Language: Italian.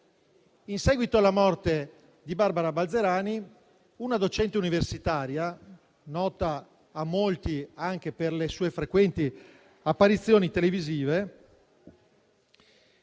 In seguito alla morte di Barbara Balzerani, una docente universitaria, nota a molti anche per le sue frequenti apparizioni televisive,